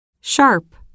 sharp